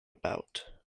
about